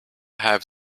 have